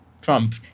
Trump